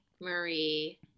Marie